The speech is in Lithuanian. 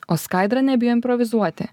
o skaidra nebijo improvizuoti